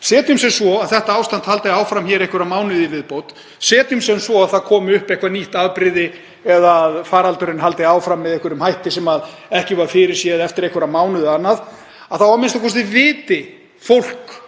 Setjum sem svo að þetta ástand haldi áfram einhverja mánuði í viðbót. Setjum sem svo að það komi upp eitthvert nýtt afbrigði eða að faraldurinn haldi áfram með einhverjum hætti sem ekki var fyrirséð eftir einhverja mánuði eða annað, að þá viti fólk,